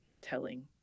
telling